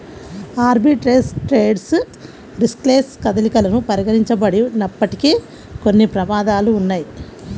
arbitrage trades riskless కదలికలను పరిగణించబడినప్పటికీ, కొన్ని ప్రమాదాలు ఉన్నయ్యి